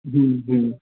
हूँ हूँ